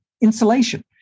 insulation